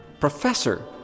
Professor